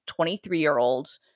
23-year-old